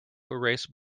erase